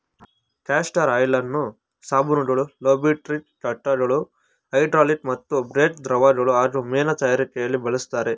castor ಆಯಿಲನ್ನು ಸಾಬೂನುಗಳು ಲೂಬ್ರಿಕಂಟ್ಗಳು ಹೈಡ್ರಾಲಿಕ್ ಮತ್ತು ಬ್ರೇಕ್ ದ್ರವಗಳು ಹಾಗೂ ಮೇಣ ತಯಾರಿಕೆಲಿ ಬಳಸ್ತರೆ